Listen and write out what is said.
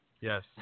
Yes